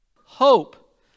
hope